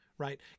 right